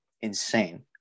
Insane